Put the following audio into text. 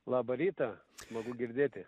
labą rytą smagu girdėti